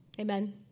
Amen